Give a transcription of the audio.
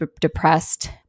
depressed